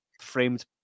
framed